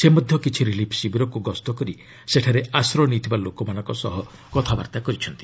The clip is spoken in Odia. ସେ ମଧ୍ୟ କିଛି ରିଲିଫ୍ ଶିବିରକୁ ଗସ୍ତ କରି ସେଠାରେ ଆଶ୍ରୟ ନେଇଥିବା ଲୋକମାନଙ୍କ ସହ କଥାବାର୍ତ୍ତା କରିଛନ୍ତି